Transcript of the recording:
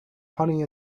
honey